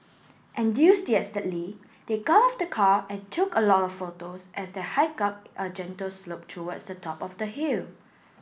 enthusiastically they got out of the car and took a lot of photos as they hiked up a gentle slope towards the top of the hill